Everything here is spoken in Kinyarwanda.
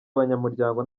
abanyamuryango